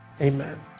Amen